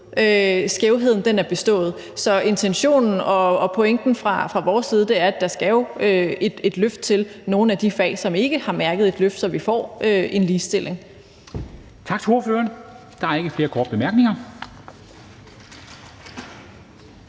Skævheden er bestået. Så intentionen og pointen fra vores side er, at der jo skal et løft til i forhold til nogle af de fag, som ikke har mærket et løft, så vi får en ligestilling.